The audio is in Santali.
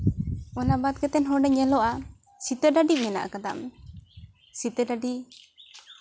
ᱚᱱᱟ ᱵᱟᱫ ᱠᱟᱛᱮ ᱦᱚᱸ ᱧᱮᱞᱚᱜᱼᱟ ᱥᱤᱛᱟᱹ ᱰᱟᱹᱰᱤ ᱢᱮᱱᱟᱜ ᱠᱟᱫᱟ ᱥᱤᱛᱟᱹ ᱰᱟᱹᱰᱤ